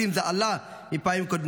זה עלה מפעמים קודמות,